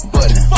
Button